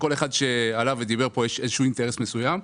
כל אחד שעלה ודיבר פה, יש אינטרס מסוים.